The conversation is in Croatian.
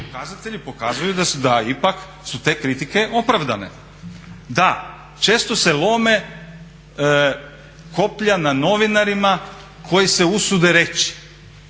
pokazatelji pokazuju da ipak su te kritike opravdane. Da, često se lome koplja na novinarima koji se usude reći